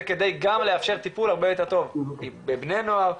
כדי גם לאפשר טיפול הרבה יותר טוב בבני הנוער,